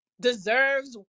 deserves